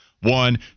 One